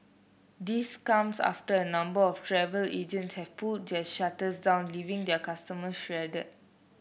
this comes after a number of travel agents have pulled their shutters down leaving their customer stranded